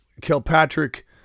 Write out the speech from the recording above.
Kilpatrick